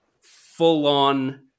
full-on